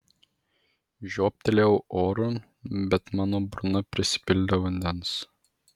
žiobtelėjau oro bet mano burna prisipildė vandens